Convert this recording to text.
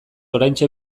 oraintxe